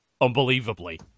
unbelievably